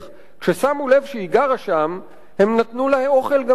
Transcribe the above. כששמו לב שהיא גרה שם נתנו לה אוכל גם הם.